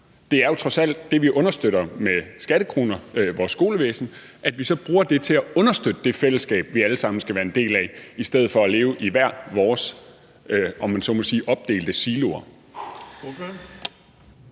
det er jo trods alt det, vi understøtter med skattekroner i vores skolevæsen, og at vi så bruger det til at understøtte det fællesskab, vi alle sammen skal være en del af, i stedet for at leve i hver vores, om man så må sige, silo?